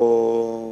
או,